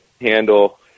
handle